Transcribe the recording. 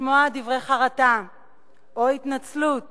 לשמוע דברי חרטה או התנצלות